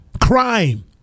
crime